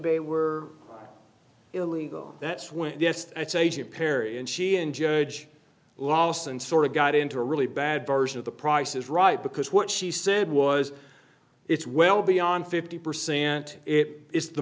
bay were illegal that's when it's agent perry and she and judge lawless and sort of got into a really bad version of the price is right because what she said was it's well beyond fifty percent it is the